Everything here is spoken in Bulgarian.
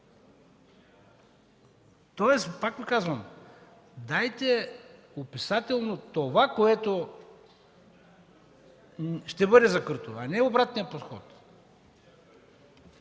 Пак Ви казвам, дайте описателно това, което ще бъде закрито, а не – обратния подход.